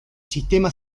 sistema